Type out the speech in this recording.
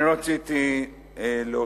אני רציתי להוסיף